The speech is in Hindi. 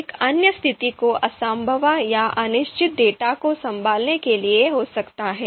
एक अन्य स्थिति को असंभावना या अनिश्चित डेटा को संभालने के लिए हो सकता है